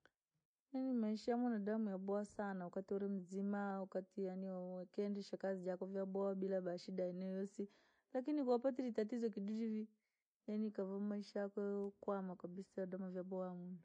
Yaani maisha yaboowa saana, wakatii uri muzimaa, wakati yaani wookiendesha kazi jaku vyaboowa bila daa shida irii yoosi, lakin koo wapatile itatizo kidudii vii, yaani ukavaa maisha yakoo yookwama kabisa yoodoma vyaboowa.